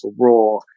raw